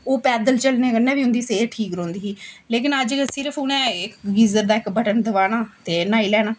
ओह् पैदल चलने कन्नै बी उं'दी सेह्त ठीक रौंह्दी ही लेकिन अज्जकल सिर्फ उ'नें गीज़र दा इक बटन दबाना ते न्हाई लैना